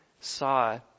saw